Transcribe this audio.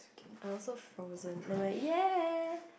I also frozen never mind ya